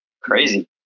crazy